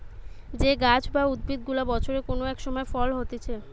যে গাছ বা উদ্ভিদ গুলা বছরের কোন এক সময় ফল হতিছে